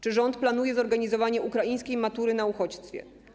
Czy rząd planuje zorganizowanie ukraińskiej matury na uchodźstwie?